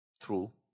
True